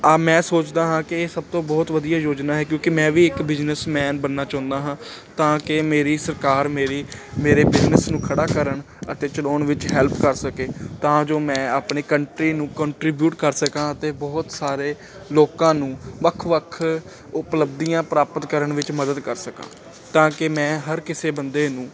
ਮੈਂ ਸੋਚਦਾ ਹਾਂ ਕਿ ਸਭ ਤੋਂ ਬਹੁਤ ਵਧੀਆ ਯੋਜਨਾ ਹੈ ਕਿਉਂਕੀ ਮੈਂ ਵੀ ਇੱਕ ਬਿਜਨਸਮੈਨ ਬਣਨਾ ਚਾਹੁੰਦਾ ਹਾਂ ਤਾਂ ਕਿ ਮੇਰੀ ਸਰਕਾਰ ਮੇਰੀ ਮੇਰੇ ਬਿਜਨਸ ਨੂੰ ਖੜ੍ਹਾ ਕਰਨ ਅਤੇ ਚਲਾਉਣ ਵਿੱਚ ਹੈਲਪ ਕਰ ਸਕੇ ਤਾਂ ਜੋ ਮੈਂ ਆਪਣੀ ਕੰਟਰੀ ਨੂੰ ਕੰਟ੍ਰੀਬਿਊਟ ਕਰ ਸਕਾਂ ਅਤੇ ਬਹੁਤ ਸਾਰੇ ਲੋਕਾਂ ਨੂੰ ਵੱਖ ਵੱਖ ਉਪਲੱਬਧੀਆਂ ਪ੍ਰਾਪਤ ਕਰਨ ਵਿੱਚ ਮਦਦ ਕਰ ਸਕਾਂ ਤਾਂ ਕਿ ਮੈਂ ਹਰ ਕਿਸੇ ਬੰਦੇ ਨੂੰ